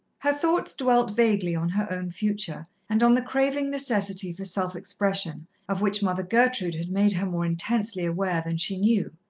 her thoughts dwelt vaguely on her own future, and on the craving necessity for self-expression, of which mother gertrude had made her more intensely aware than she knew.